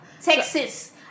Texas